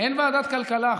אין ועדת כלכלה,